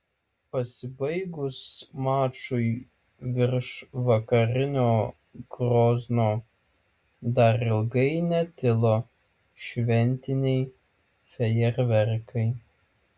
pasibaigus mačui virš vakarinio grozno dar ilgai netilo šventiniai fejerverkai